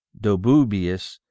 Dobubius